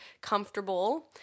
comfortable